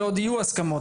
ועוד יהיו הסכמות,